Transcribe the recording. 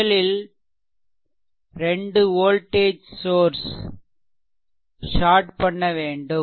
முதலில் 2 voltage source short பண்ண வேண்டும்